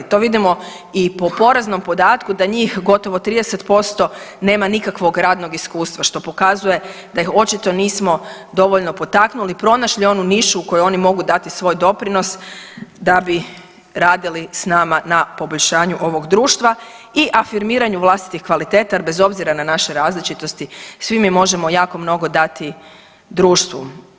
To vidimo i po poraznom podatku da njih gotovo 30% nema nikakvog radnog iskustva što pokazuje da ih očito nismo dovoljno potaknuli, pronašli onu nišu u kojoj oni mogu dati svoj doprinos da bi radili s nama na poboljšanju ovog društva i afirmiranju vlastitih kvaliteta jer bez obzira na naše različitosti svi mi možemo jako mnogo dati društvu.